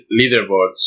leaderboards